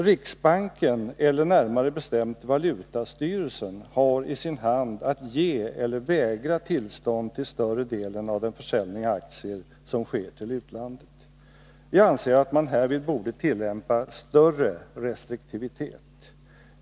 Riksbanken, eller närmare bestämt valutastyrelsen, har i sin hand att ge eller vägra tillstånd till större delen av den försäljning av aktier som sker till utlandet. Jag anser att man härvid borde tillämpa större restriktivitet.